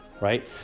right